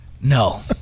No